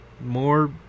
More